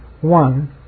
one